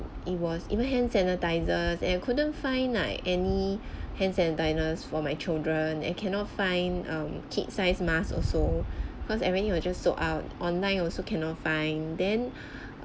it was even hand sanitizers and couldn't find like any hand sanitizers for my children and cannot find um kid size mask also cause everything was just sold out online also cannot find then